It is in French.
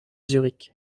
zurich